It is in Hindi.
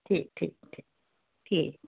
ठीक ठीक ठीक ठीक